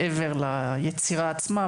מעבר ליצירה עצמה,